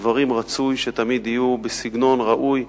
הדברים, רצוי שתמיד יהיו בסגנון ראוי,